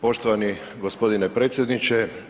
Poštovani g. predsjedniče.